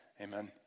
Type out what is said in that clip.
Amen